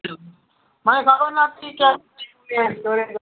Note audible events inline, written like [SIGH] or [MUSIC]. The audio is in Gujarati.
મને ખબર નતી [UNINTELLIGIBLE]